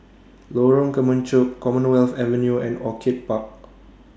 Lorong Kemunchup Commonwealth Avenue and Orchid Park